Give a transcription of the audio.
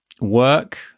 work